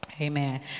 Amen